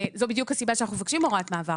זו בדיוק הסיבה שאנחנו מבקשים הוראת מעבר.